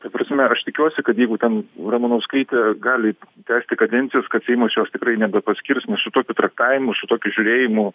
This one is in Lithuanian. ta prasme aš tikiuosi kad jeigu ten ramanauskaitė gali tęsti kadencijos kad seimas jos tikrai nebepaskirs nes su tokiu traktavimu su tokiu žiūrėjimu